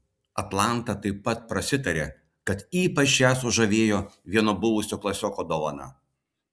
atlanta taip pat prasitarė kad ypač ją sužavėjo vieno buvusio klasioko dovana